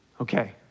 Okay